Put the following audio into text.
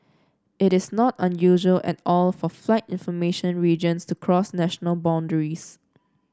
it is not unusual at all for flight information regions to cross national boundaries